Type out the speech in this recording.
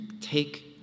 take